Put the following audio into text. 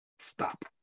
stop